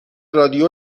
رادیو